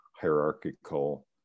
hierarchical